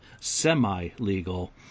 semi-legal